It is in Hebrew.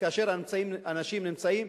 כאשר האנשים נמצאים,